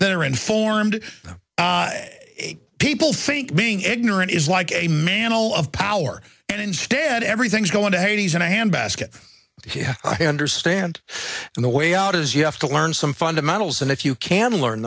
that are informed people think being ignorant is like a mantle of power and instead everything's going to hades in a handbasket i understand and the way out is you have to learn some fundamentals and if you can learn